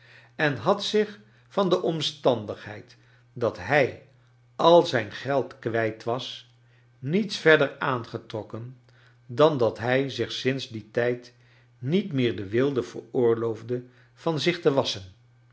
en had zich van de omstandigheid dat hij al zijn geld kwijt was niets verder aangetrokken dan dat hij zich skids dien tijd niet mecr de weelde veroorloofde van zich te wasschen